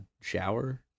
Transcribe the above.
shower